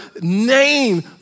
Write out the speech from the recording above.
name